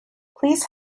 please